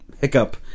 Hiccup